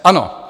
Ano.